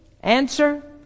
Answer